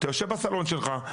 אתה יושב בסלון שלך,